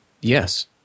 Yes